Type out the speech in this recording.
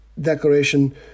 declaration